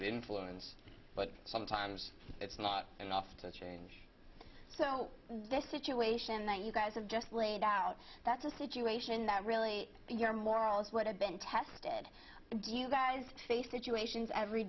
would influence but sometimes it's not enough to change so this situation that you guys have just laid out that's a situation that really your morals would have been tested do you guys say situations every